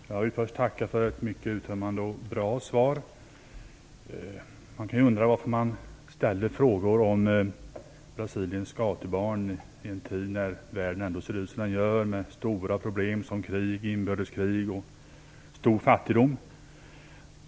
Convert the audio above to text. Fru talman! Jag vill först tacka för ett mycket uttömmande och bra svar. Man kan undra varför jag ställer frågor om Brasiliens gatubarn i en tid när världen ser ut som den gör med stora problem som krig, inbördeskrig och stor fattigdom.